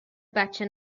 بچه